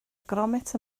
gromit